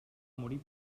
morir